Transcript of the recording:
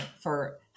for-